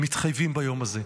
מתחייבים ביום הזה,